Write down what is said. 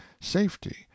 safety